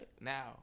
Now